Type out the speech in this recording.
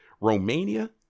Romania